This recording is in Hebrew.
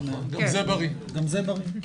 גם זה בריא אני מבקשת